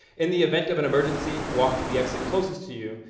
in the event of an emergency, walk to the exit closest to you,